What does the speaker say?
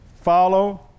Follow